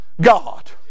God